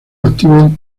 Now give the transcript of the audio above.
activo